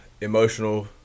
emotional